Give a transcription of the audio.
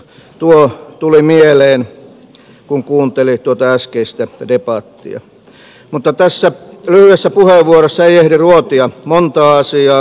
tuo tuli mieleen kun kuunteli tuota äskeistä debattia mutta tässä lyhyessä puheenvuorossa ei ehdi ruotia monta asiaa